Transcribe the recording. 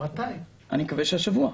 אני מקווה שהשבוע.